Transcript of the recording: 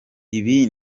ibi